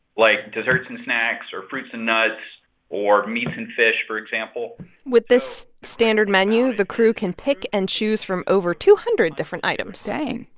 like desserts and snacks or fruits and nuts or meats and fish, for example with this standard menu, the crew can pick and choose from over two hundred different items dang.